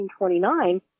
1929